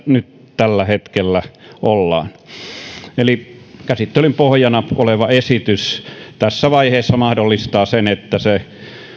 nyt tällä hetkellä on eli käsittelyn pohjana oleva esitys tässä vaiheessa mahdollistaa sen että se